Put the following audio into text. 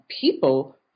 people